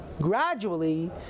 gradually